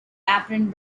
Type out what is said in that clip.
apparent